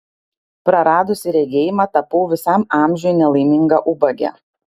praradusi regėjimą tapau visam amžiui nelaiminga ubagė